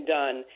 done